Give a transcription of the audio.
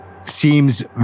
seems